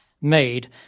made